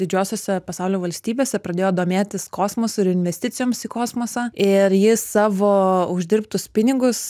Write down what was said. didžiosiose pasaulio valstybėse pradėjo domėtis kosmosu ir investicijoms į kosmosą ir jis savo uždirbtus pinigus